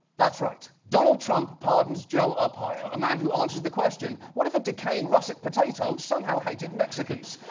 that's right. donald trump pardons joe arpaio. a man who answer's the question, what if a decaying russet potato somehow hated mexicans?